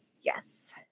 Yes